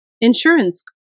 insurance